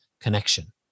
connection